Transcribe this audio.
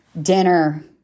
Dinner